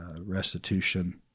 restitution